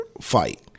fight